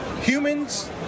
humans